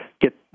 get